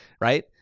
right